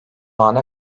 ana